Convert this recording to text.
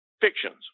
fictions